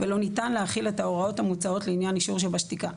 ולא ניתן להחיל את ההוראות המוצעות לעניין אישור שבשתיקה.